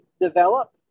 develop